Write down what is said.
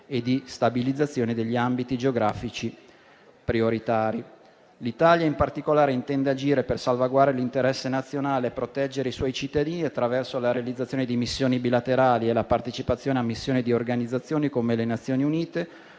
e di stabilizzazione degli ambiti geografici prioritari. L'Italia, in particolare, intende agire per salvaguardare l'interesse nazionale e proteggere i suoi cittadini attraverso la realizzazione di missioni bilaterali e la partecipazione a missioni di organizzazioni, come le Nazioni Unite,